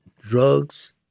drugs